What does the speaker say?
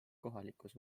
kohalikus